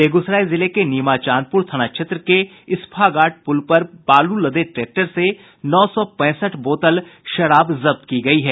बेगूसराय जिले के नीमाचांदपुर थाना क्षेत्र के इसफाघाट पुल पर बालू लदे ट्रैक्टर से नौ सौ पैंसठ बोतल शराब जब्त की गयी है